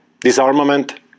disarmament